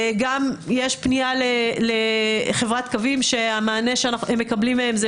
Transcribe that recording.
גם יש פנייה לחברת קווים שהמענה שהם מקבלים מהם זה